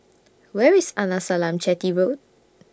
Where IS Arnasalam Chetty Road